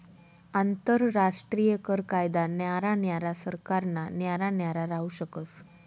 आंतरराष्ट्रीय कर कायदा न्यारा न्यारा सरकारना न्यारा न्यारा राहू शकस